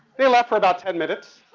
they left for about ten minutes.